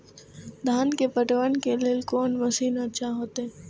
धान के पटवन के लेल कोन मशीन अच्छा होते?